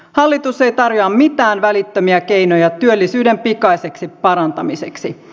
hallitus ei tarjoa mitään välittömiä keinoja työllisyyden pikaiseksi parantamiseksi